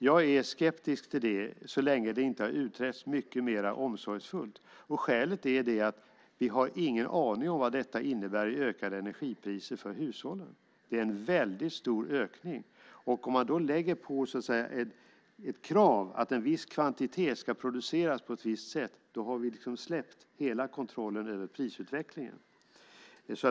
Jag är skeptisk till det så länge det inte har utretts mycket mer omsorgsfullt. Skälet är att vi inte har någon aning om vad det innebär i ökade energipriser för hushållen. Det är en väldigt stor ökning. Om man lägger på ett krav att en viss kvantitet ska produceras på ett visst sätt har vi släppt hela kontrollen över prisutvecklingen.